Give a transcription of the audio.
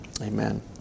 amen